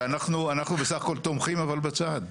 אנחנו בסך הכל תומכים אבל בצעד.